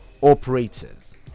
operators